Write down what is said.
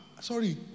sorry